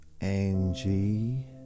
Angie